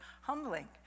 humbling